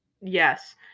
Yes